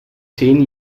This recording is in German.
zehn